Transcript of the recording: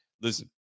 Listen